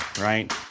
right